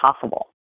possible